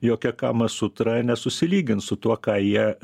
jokia kamasutra nesusilygins su tuo ką jie